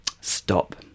Stop